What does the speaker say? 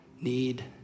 need